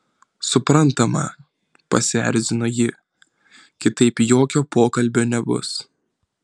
suprantama pasierzino ji kitaip jokio pokalbio nebus